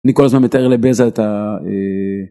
אני כל הזמן מתאר לבזה אתה.